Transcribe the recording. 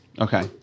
Okay